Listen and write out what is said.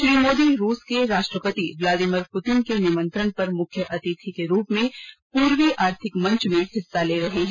श्री मोदी रूस के राष्ट्रपति व्लादिमीर पुतिन के निंमंत्रण पर मुख्य अतिथि के रूप में पूर्वी आर्थिक मंच में हिस्सा ले रहे हैं